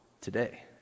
today